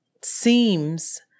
seems